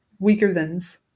Weakerthans